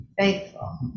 faithful